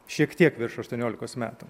šiek tiek virš aštuoniolikos metų